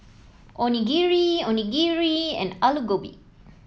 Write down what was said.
Onigiri Onigiri and Alu Gobi